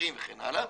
חזירים וכן הלאה,